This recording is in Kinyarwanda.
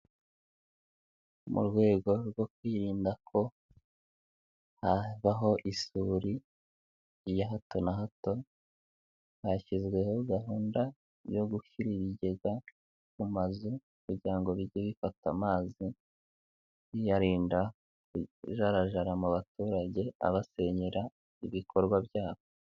Mu rwego rwo kwirinda ko habaho isuri ya hato na hato, hashyizweho gahunda yo gushyira ibigega mu mazu kugira ngo bijye bifata amazi, biyarinda kujarajara mu baturage, abasenyera ibikorwa byabo.